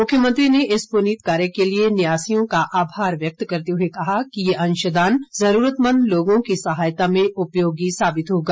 मुख्यमंत्री ने इस पुनीत कार्य के लिए न्यासियों का आभार व्यक्त करते हुए कहा कि ये अंशदान ज़रूरतमंद लोगों की सहायता में उपयोगी साबित होगा